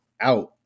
out